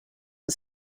and